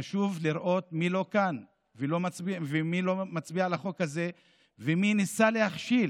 חשוב לראות מי לא כאן ומי לא מצביע על החוק הזה ומי ניסה להכשיל